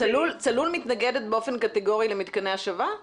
צלול מתנגדת באופן קטגורי השבה?